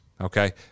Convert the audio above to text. Okay